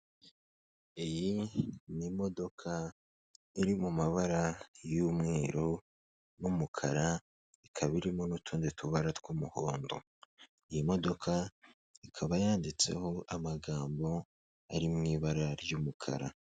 Iyi ni imodoka iri mu mabara y'umweru n'umukara ikaba irimo n'utundi tubara tw'umuhondo. Iyi modoka ikaba yanditseho amagambo ari mu ibara ry'umukara.